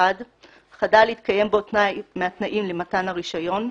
חדל להתקיים בו תנאי מהתנאים למתן הרישיון,